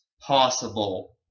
possible